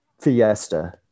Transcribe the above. fiesta